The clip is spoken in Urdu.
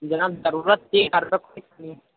جناب ضرورت تھی